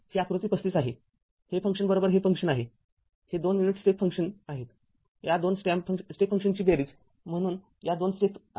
ही आकृती ३५ आहे हे फंक्शन हे फंक्शन आहे हे २ युनिट स्टेप फंक्शन आहेत या २ स्टेप फंक्शनची बेरीज म्हणून या २ स्टेप आहेत